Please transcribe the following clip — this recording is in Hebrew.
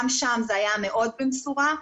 גם שם זה היה מאוד במשורה.